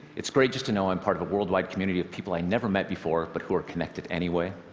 it's great just to know i'm part of a worldwide community of people i never met before, but who are connected anyway.